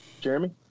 Jeremy